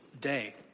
day